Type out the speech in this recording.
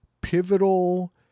pivotal